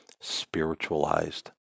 spiritualized